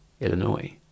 Illinois